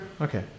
Okay